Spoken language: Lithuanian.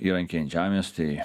įrankiai ant žemės tai